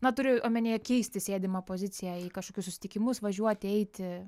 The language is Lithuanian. na turiu omenyje keisti sėdimą poziciją į kažkokius susitikimus važiuoti eiti